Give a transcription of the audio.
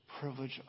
privilege